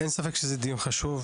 אין ספק שזה דיון חשוב.